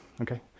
okay